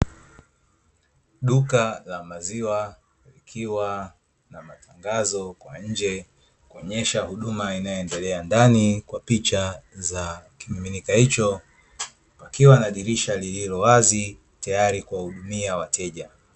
Duka la maziwa likiwa na matangazo kwa nje kuonyesha huduma inayoendelea ndani kwa picha za kimiminika hicho, pakiwa na dirisha lililo wazi tayari kuwahudumia wateja.